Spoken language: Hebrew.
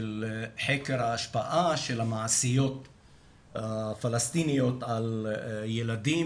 חקר ההשפעה של המעשיות הפלסטיניות על ילדים,